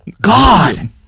God